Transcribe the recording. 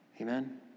Amen